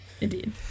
Indeed